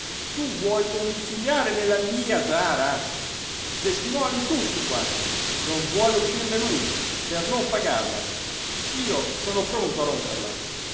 tu vuoi domiciliare nella mia giara testimonii tutti qua non vuole uscirne lui per non pagarla io sono pronto a romperla